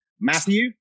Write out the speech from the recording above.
Matthew